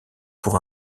pour